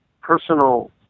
personal